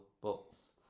books